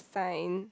fine